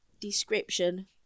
description